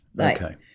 Okay